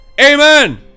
Amen